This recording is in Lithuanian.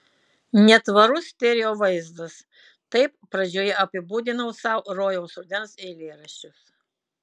netvarus stereo vaizdas taip pradžioje apibūdinau sau rojaus rudens eilėraščius